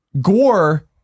Gore